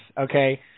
okay